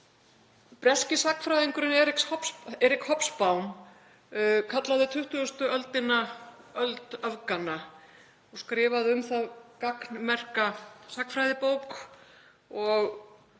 Breski sagnfræðingurinn Eric Hobsbawm kallaði 20. öldina öld öfganna og skrifaði um það gagnmerka sagnfræðibók.